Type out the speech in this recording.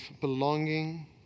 belonging